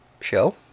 show